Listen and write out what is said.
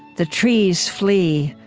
the trees flee.